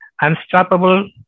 unstoppable